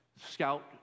Scout